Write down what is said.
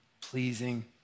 pleasing